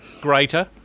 greater